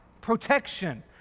protection